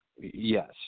Yes